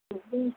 ਹਾਂਜੀ